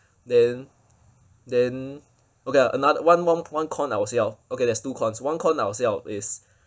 then then okay ah another one mo~ one con I will say out okay there's two cons one con I will say out is